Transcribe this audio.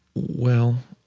well,